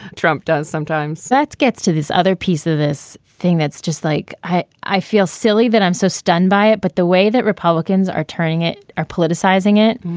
trump does sometimes that gets to this other piece of this thing. that's just like i i feel silly that i'm so stunned by it. but the way that republicans are turning it are politicizing it.